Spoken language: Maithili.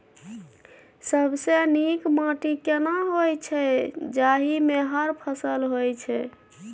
सबसे नीक माटी केना होय छै, जाहि मे हर फसल होय छै?